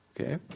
Okay